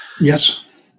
Yes